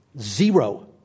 zero